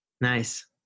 Nice